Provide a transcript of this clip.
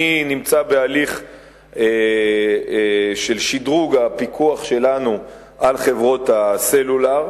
אני נמצא בהליך של שדרוג הפיקוח שלנו על חברות הסלולר.